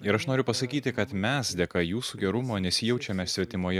ir aš noriu pasakyti kad mes dėka jūsų gerumo nesijaučiame svetimoje